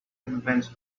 convince